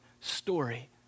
story